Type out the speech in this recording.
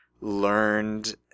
learned